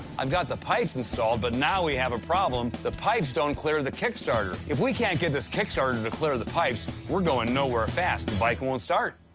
i've got the pipes installed, but now we have a problem. the pipes don't clear the kick starter. if we can't get this kick starter to clear the pipes, we're going nowhere fast. the bike won't start.